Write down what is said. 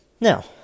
Now